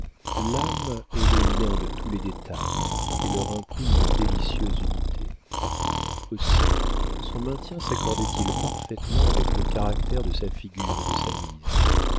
l'âme est le lien de tous les détails et leur imprime une délicieuse unité aussi son maintien saccordait il parfaitement avec le caractère de sa figure et de sa mise